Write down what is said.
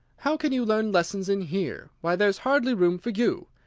how can you learn lessons in here? why, there's hardly room for you,